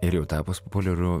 ir jau tapus populiariu